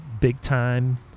big-time